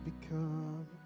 become